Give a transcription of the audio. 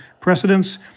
precedents